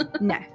No